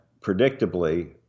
predictably